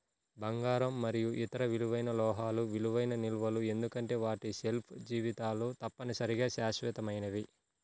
బంగారం మరియు ఇతర విలువైన లోహాలు విలువైన నిల్వలు ఎందుకంటే వాటి షెల్ఫ్ జీవితాలు తప్పనిసరిగా శాశ్వతమైనవి